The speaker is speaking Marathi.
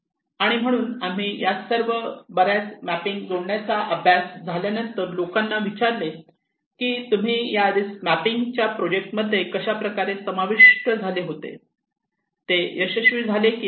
आणि म्हणून आम्ही या सर्व बऱ्याच मॅपिंग जोडण्याचा अभ्यास झाल्यानंतर लोकांना विचारले की तुम्ही या रिस्क मॅपिंग च्या प्रोजेक्ट मध्ये कशाप्रकारे समाविष्ट झाले होते ते यशस्वी झाले की नाही